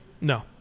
No